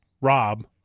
Rob